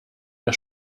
der